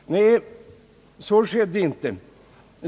Nej, så skedde inte.